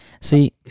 See